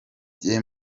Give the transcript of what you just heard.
bye